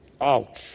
Ouch